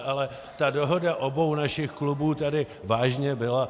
Ale ta dohoda obou našich klubů tady vážně byla.